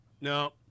No